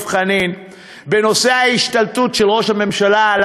חנין בנושא ההשתלטות של ראש הממשלה על